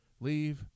leave